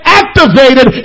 activated